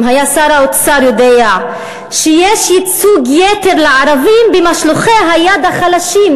אם היה שר האוצר יודע שיש ייצוג יתר לערבים במשלחי היד החלשים,